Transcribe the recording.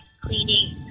cleaning